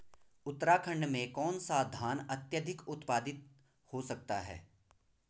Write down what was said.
उत्तराखंड में कौन सा धान अत्याधिक उत्पादित हो सकता है?